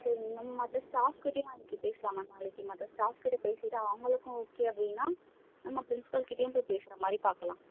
சரி நம்ம மற்ற ஸ்டாஃப் கிட்டேயும் நாளைக்கு பேசலாம் மேம் நாளைக்கு மற்ற ஸ்டாஃப் கிட்டே பேசிவிட்டு அவங்களுக்கும் ஓகே அப்படின்னா நம்ம ப்ரின்ஸ்பல் கிட்டேயும் போய் பேசுகிற மாதிரி பார்க்கலாம்